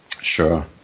Sure